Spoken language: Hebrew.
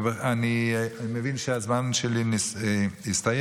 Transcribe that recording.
אני מבין שהזמן שלי הסתיים,